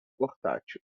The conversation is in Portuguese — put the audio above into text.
portátil